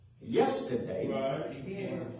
yesterday